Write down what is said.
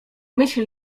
myśl